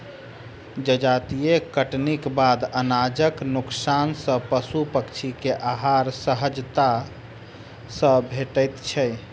जजाति कटनीक बाद अनाजक नोकसान सॅ पशु पक्षी के आहार सहजता सॅ भेटैत छै